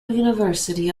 university